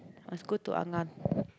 must go to Ah-Ngah